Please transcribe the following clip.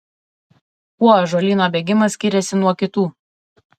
kuo ąžuolyno bėgimas skiriasi nuo kitų